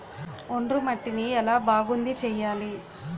ఒండ్రు మట్టిని ఎలా బాగుంది చేయాలి?